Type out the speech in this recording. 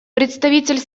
представитель